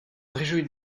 réjouis